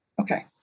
Okay